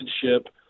citizenship